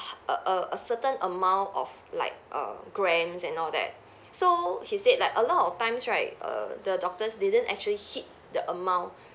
a a a certain amount of like err grams and all that so he said like a lot of times right err the doctors didn't actually hit the amount